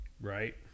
Right